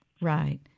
Right